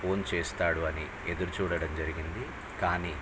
phone చేస్తాడు అని ఎదురుచూడడం జరిగింది కానీ